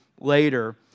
later